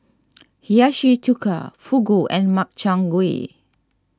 Hiyashi Chuka Fugu and Makchang Gui